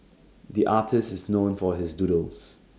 the artist is known for his doodles